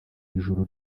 ijoro